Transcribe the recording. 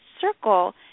circle